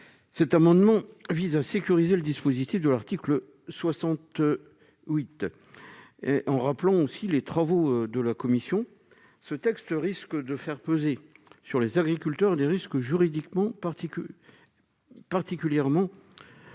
amendement vise à sécuriser le dispositif de l'article 68. Tel que résultant des travaux de commission, ce texte risque de faire peser sur les agriculteurs des risques juridiques particulièrement importants.